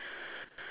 white colour